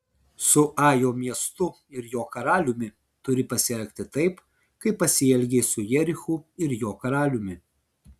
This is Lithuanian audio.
su ajo miestu ir jo karaliumi turi pasielgti taip kaip pasielgei su jerichu ir jo karaliumi